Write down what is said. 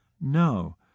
No